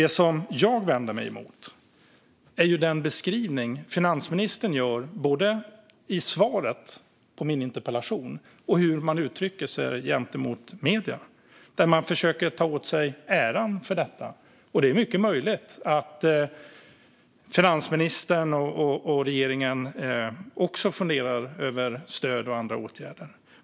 Men det jag vänder mig emot är den beskrivning som finansministern ger både i svaret på min interpellation och när hon uttalar sig i medierna, där hon och regeringen försöker ta åt sig äran för detta. Det är mycket möjligt att finansministern och regeringen också funderar över stöd och andra åtgärder.